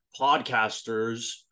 podcasters